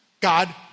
God